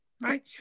right